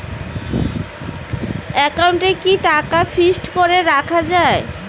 একাউন্টে কি টাকা ফিক্সড করে রাখা যায়?